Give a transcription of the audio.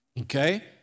Okay